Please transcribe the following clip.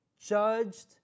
judged